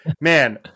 man